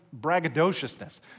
braggadociousness